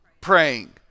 praying